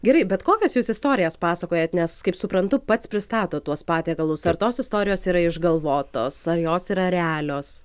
gerai bet kokias jūs istorijas pasakojat nes kaip suprantu pats pristatot tuos patiekalus ar tos istorijos yra išgalvotos ar jos yra realios